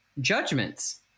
judgments